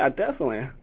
ah definitely.